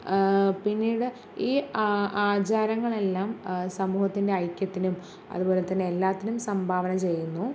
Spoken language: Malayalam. പിന്നീട് ഈ ആചാരങ്ങളെല്ലാം സമൂഹത്തിൻ്റെ ഐക്യത്തിനും അതുപോലെതന്നെ എല്ലാത്തിനും സംഭാവന ചെയ്യുന്നു